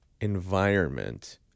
environment